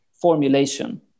formulation